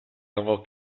algo